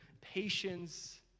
patience